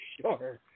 sure